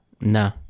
No